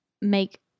make